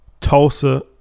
Tulsa